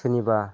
सोरनिबा